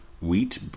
wheat